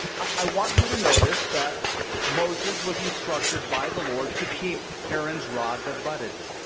i want you to notice that moses was instructed by the lord to keep aaron's rod that budded.